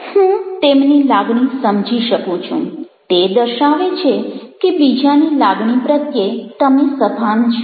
હું તેમની લાગણી સમજી શકું છું તે દર્શાવે છે કે બીજાની લાગણી પ્રત્યે તમે સભાન છો